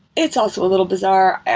it's also a little bizarre. yeah